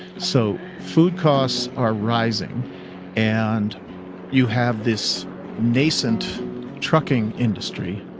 so food costs are rising and you have this nascent trucking industry,